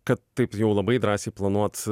kad taip jau labai drąsiai planuot